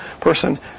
person